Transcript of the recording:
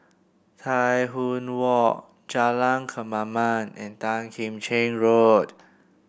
Tai Hwan Walk Jalan Kemaman and Tan Kim Cheng Road